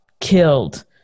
killed